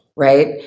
Right